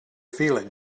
feeling